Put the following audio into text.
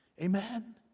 Amen